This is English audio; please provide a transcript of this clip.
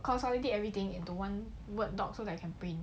consolidate everything into one word doc so that I can print